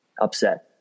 upset